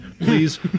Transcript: please